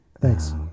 thanks